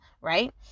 right